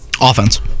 Offense